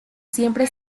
siempre